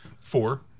four